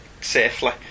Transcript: safely